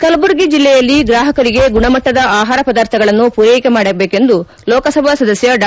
ಕಲಬುರಗಿ ಜಿಲ್ಲೆಯಲ್ಲಿ ಗ್ರಾಹಕರಿಗೆ ಗುಣಮಟ್ಟದ ಆಹಾರ ಪದಾರ್ಥಗಳನ್ನು ಪೂರ್ಲೆಕೆ ಮಾಡಬೇಕೆಂದು ಲೋಕಸಭಾ ಸದಸ್ನ ಡಾ